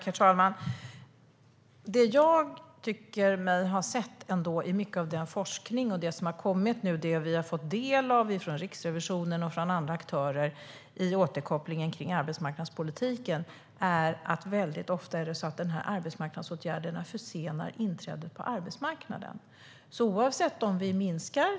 Herr talman! Det som jag tycker mig ha sett i mycket av den forskning och i det som vi har fått del av från Riksrevisionen och från andra aktörer när det gäller återkopplingen till arbetsmarknadspolitiken är att arbetsmarknadsåtgärderna ofta försenar inträdet på arbetsmarknaden.